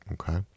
Okay